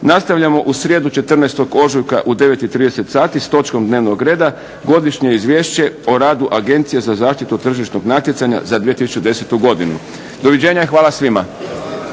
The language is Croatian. nastavljamo u srijedu 14. ožujka u 9 i 30 sati, s točkom dnevnog reda Godišnje izvješće o radu Agencije za zaštitu tržišnog natjecanja za 2010. godinu. Doviđenja i hvala svima.